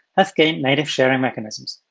have gained native sharing mechanisms.